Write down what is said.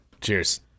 Cheers